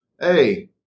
Hey